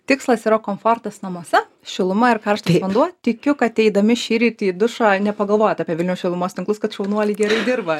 tikslas yra komfortas namuose šiluma ir karštas vanduo tikiu kad eidami šįryt į dušą nepagalvojot apie vilniaus šilumos tinklus kad šaunuoliai gerai dirba